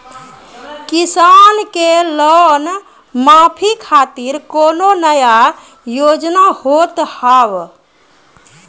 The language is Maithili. किसान के लोन माफी खातिर कोनो नया योजना होत हाव?